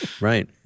Right